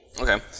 Okay